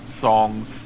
songs